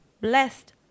Blessed